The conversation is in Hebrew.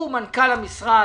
הוא מנכ"ל המשרד,